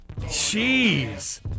Jeez